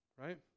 Right